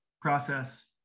process